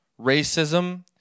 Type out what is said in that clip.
racism